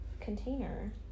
container